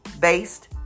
based